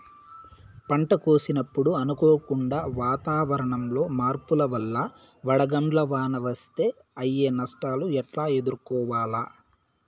పంట కోసినప్పుడు అనుకోకుండా వాతావరణంలో మార్పుల వల్ల వడగండ్ల వాన వస్తే అయ్యే నష్టాలు ఎట్లా ఎదుర్కోవాలా?